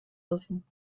rissen